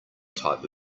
type